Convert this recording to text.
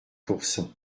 pourcent